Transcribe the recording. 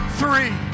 three